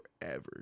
forever